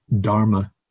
dharma